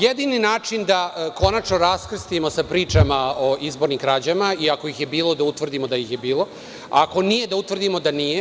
Jedini način da konačno raskrstimo sa pričama o izbornim krađama i ako ih je bilo, da utvrdimo da ih je bilo, a ako nije, da utvrdimo da nije.